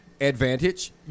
Advantage